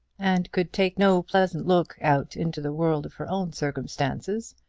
and could take no pleasant look out into the world of her own circumstances.